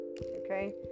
okay